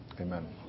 Amen